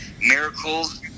Miracles